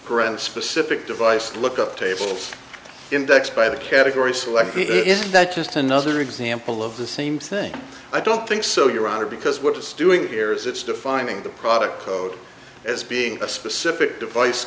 gren specific device look up tables indexed by the category select is that just another example of the same thing i don't think so your honor because what it's doing here is it's defining the product code as being a specific device